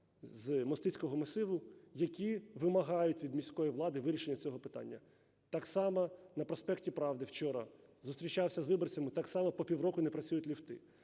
з Мостицького масиву, які вимагають від міської влади вирішення цього питання. Так само на проспекті Правди вчора зустрічався з виборцями – так само по півроку не працюють ліфти.